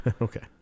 Okay